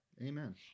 amen